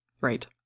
right